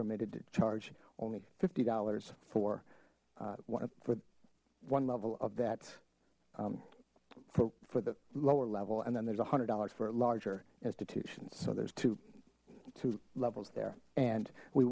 permitted to charge only fifty dollars for one for one level of that for the lower level and then there's one hundred dollars for larger institutions so there's two two levels there and we